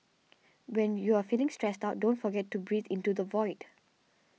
when you are feeling stressed out don't forget to breathe into the void